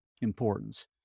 importance